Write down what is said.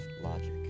logic